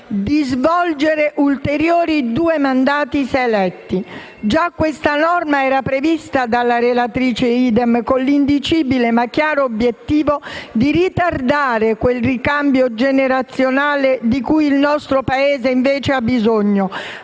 di svolgere ulteriori due mandati, se eletti. Già questa norma era stata prevista dalla relatrice Idem, con l'indicibile ma chiaro obiettivo di ritardare quel ricambio generazionale di cui il nostro Paese invece ha bisogno,